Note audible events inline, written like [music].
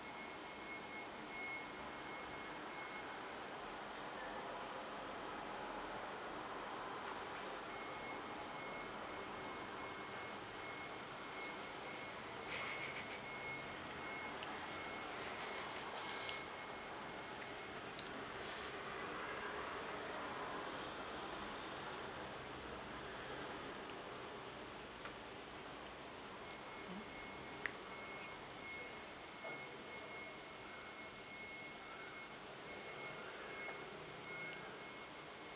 [laughs]